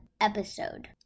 Episode